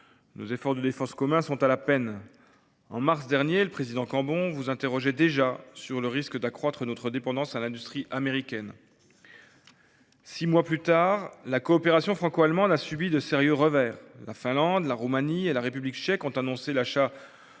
Nos efforts de défense communs sont à la peine. Au mois de mars dernier, le président Cambon vous interrogeait déjà sur le risque d’accroître notre dépendance à l’égard de l’industrie américaine. Six mois plus tard, la coopération franco-allemande a subi de sérieux revers ; la Finlande, la Roumanie et la République tchèque ont annoncé l’achat